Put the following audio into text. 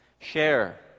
share